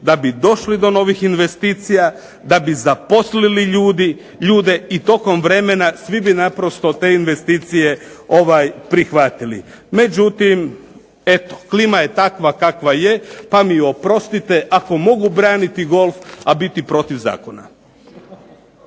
da bi došli do novih investicija, da bi zaposlili ljude i tokom vremena svi bi naprosto te investicije prihvatili. Međutim, eto klima je takva kakva je, pa mi oprostite ako mogu braniti golf a biti protiv zakona.